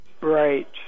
Right